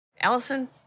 Allison